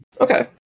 Okay